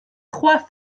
trois